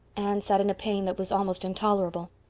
anne sat in a pain that was almost intolerable.